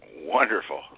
Wonderful